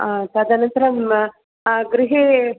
अ तदनन्तरं गृहे